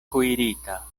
kuirita